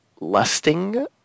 lusting